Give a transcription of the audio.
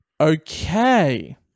Okay